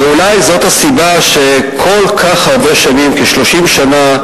ואולי זאת הסיבה לכך שכל כך הרבה שנים, כ-30 שנה,